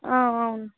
అవును